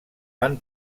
van